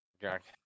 Jack